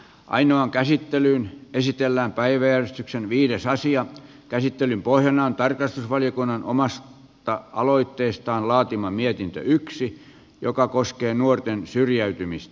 ainoan käsittely esitellään päiväjärjestyksen viides asian käsittelyn pohjana on tarkastusvaliokunnan omasta aloitteestaan laatima mietintö joka koskee nuorten syrjäytymistä